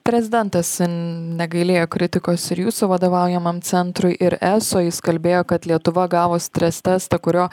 prezidentas negailėjo kritikos ir jūsų vadovaujamam centrui ir eso jis kalbėjo kad lietuva gavo stres testą kurio